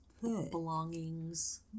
Belongings